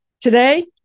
today